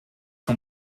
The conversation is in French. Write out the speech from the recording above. son